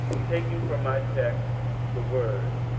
taking for my text the words,